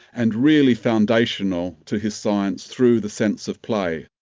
and really foundational to his science through the sense of play.